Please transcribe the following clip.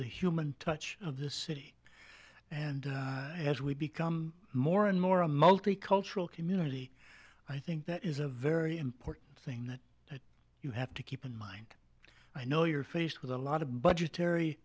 the human touch of the city and as we become more and more a multicultural community i think that is a very important thing that you have to keep in mind i know you're faced with a lot of budgetary